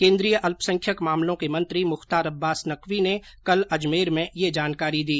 केन्द्रीय अल्पसंख्यक मामलों के मंत्री मुख्तार अब्बास नकवी ने कल अजमेर में यह जानकारी दी